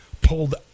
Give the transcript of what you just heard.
pulled